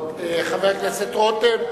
חבר הכנסת רותם,